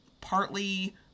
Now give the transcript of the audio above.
partly